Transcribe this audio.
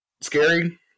scary